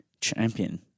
Champion